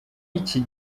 iki